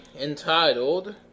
entitled